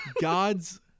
God's